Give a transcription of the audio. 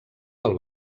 del